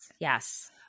Yes